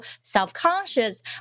self-conscious